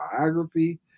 biography